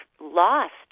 lost